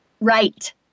right